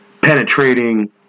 penetrating